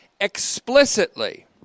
explicitly